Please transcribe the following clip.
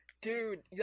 Dude